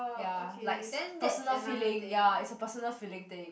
ya likes personal feeling ya it's a personal feeling thing